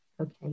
Okay